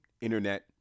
internet